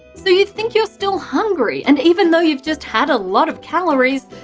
so you think you're still hungry, and even though you've just had a lot of calories,